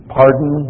pardon